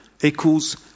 equals